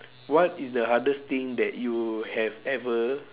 what is the hardest thing that you have ever